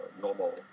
normal